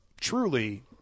truly